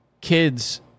kids